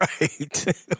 Right